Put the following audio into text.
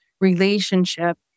relationship